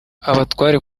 abatware